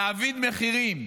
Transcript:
להבין מחירים: